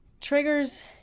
triggers